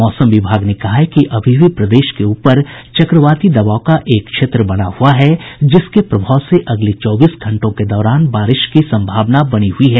मौसम विभाग ने कहा है कि अभी भी प्रदेश के ऊपर चक्रवाती दबाव का एक क्षेत्र बना हुआ है जिसके प्रभाव से अगले चौबीस घंटों के दौरान बारिश की सम्भावना बनी हई है